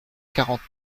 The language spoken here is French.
quarante